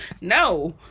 no